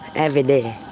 every day.